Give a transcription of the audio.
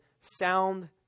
sound